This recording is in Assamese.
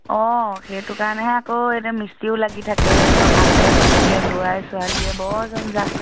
অ' সেইটো কাৰণেহে আকৌ এতিয়া মিস্ত্ৰী লাগি থাকে এইখন ভাতে পানীয়ে ল'ৰাই ছোৱালীয়ে বৰ জঞ্জাল